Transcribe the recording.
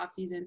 offseason